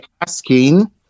asking